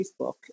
Facebook